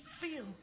feel